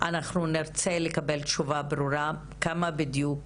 אנחנו נרצה לקבל תשובה ברורה - כמה בדיוק